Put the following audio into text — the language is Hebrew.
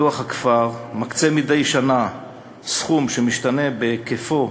ופיתוח הכפר מקצה מדי שנה סכום שמשתנה בהיקפו,